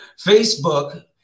Facebook